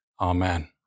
Amen